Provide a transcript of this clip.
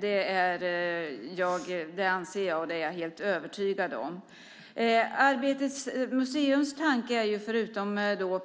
Det är jag helt övertygad om. Arbetes museums tanke är att förutom